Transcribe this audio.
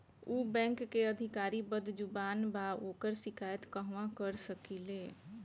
उ बैंक के अधिकारी बद्जुबान बा ओकर शिकायत कहवाँ कर सकी ले